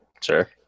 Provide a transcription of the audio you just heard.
Sure